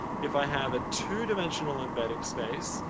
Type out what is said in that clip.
if i have a two-dimensional embedding space,